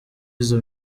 izi